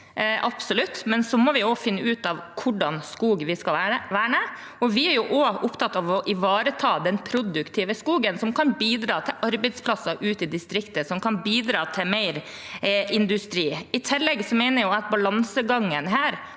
er viktig, men vi må også finne ut av hvilken skog vi skal verne. Vi er opptatt av å ivareta den produktive skogen, som kan bidra til arbeidsplasser ute i distriktene, som kan bidra til mer industri. I tillegg mener jeg at balansegangen her